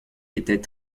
était